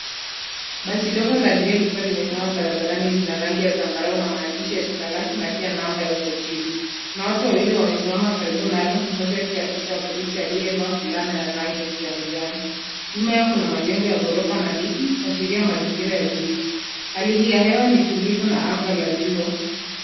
Basi dogo la abiria likuwa limesimama barabarani lina rangi ya zambarau na maandishi ya jina lake na pia namba ya usajili. Kuna watu wawili wamesimama karibu nalo, mmoja akiwa afisa wa polisi aliyevaa fulana ya rangi ya kijani-njano. Nyuma yao kuna majengo ya ghorofa na miti kuashiria mazingira ya jiji. Hali hii ya hewa ni tulivu na anga la jua.